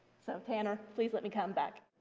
so tanner, please let me come back.